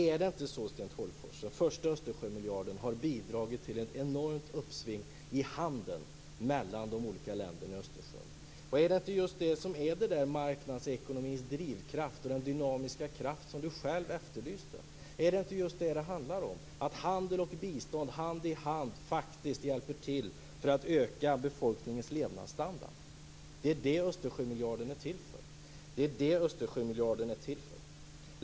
Är det inte så, Sten Tolgfors, att den första Östersjömiljarden har bidragit till ett enormt uppsving i handeln mellan de olika länderna vid Östersjön. Är det inte just det som är marknadsekonomins drivkraft och den dynamiska kraft som Sten Tolgfors själv efterlyste? Är det inte just det det handlar om, att handel och bistånd hand i hand faktiskt hjälper till att öka befolkningens levnadsstandard? Det är det Östersjömiljarden är till för.